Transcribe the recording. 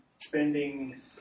spending